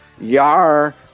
Yar